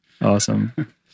Awesome